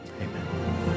amen